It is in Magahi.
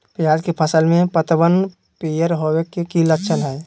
प्याज फसल में पतबन पियर होवे के की लक्षण हय?